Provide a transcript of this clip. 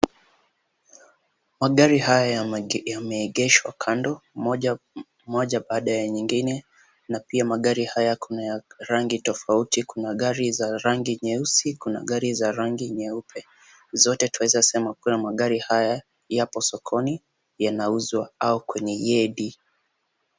Magari haya yameegeshwa kando moja baada ya nyingine na pia magari haya kuna ya rangi tofauti. Kuna gari za rangi nyeusi, kuna gari za rangi nyeupe. Zote twaweza sema kuwa magari haya yapo sokoni yanauzwa au kwenye yedi.